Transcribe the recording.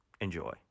Enjoy